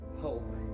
Hope